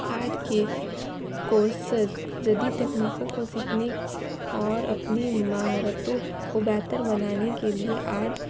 art کے courses جدید تکنیکوں کو سیکھنے اور اپنی مہارتوں کو بہتر بنانے کے لیے آرٹ